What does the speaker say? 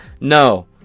no